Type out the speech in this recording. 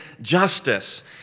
justice